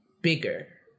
bigger